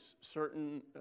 certain